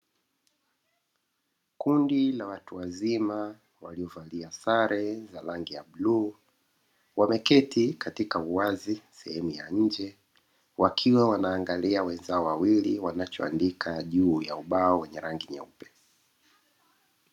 Kundi la watu wazima waliovalia sare ya rangi ya bluu, wameketi katika uwazi sehemu ya nje, wakiwa wanaangalia wenzao wawili wakiwa wanaandika juu ya ubao wa rangi nyeupe.